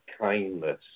kindness